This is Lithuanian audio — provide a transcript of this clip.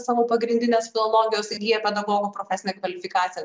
savo pagrindinės filologijos ir jie pedagogo profesinę kvalifikaciją